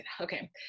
okay